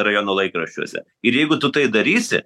rajonų laikraščiuose ir jeigu tu tai darysi